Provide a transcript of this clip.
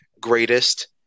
greatest